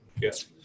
Yes